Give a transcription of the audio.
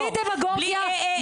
בלי דמגוגיה.